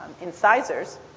incisors